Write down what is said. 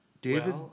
David